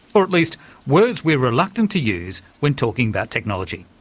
or at least words we're reluctant to use when talking about technology,